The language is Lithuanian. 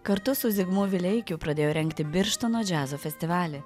kartu su zigmu vileikiu pradėjo rengti birštono džiazo festivalį